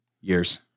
Years